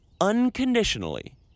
unconditionally